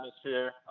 atmosphere